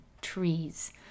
trees